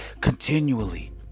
Continually